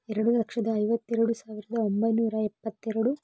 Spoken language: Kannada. ಎರಡು ಲಕ್ಷದ ಐವತ್ತೆರಡು ಸಾವಿರದ ಒಂಬೈನೂರ ಎಪ್ಪತ್ತೆರಡು